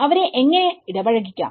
അവരെ എങ്ങനെ ഇടപഴകിക്കാം